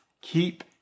Keep